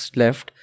left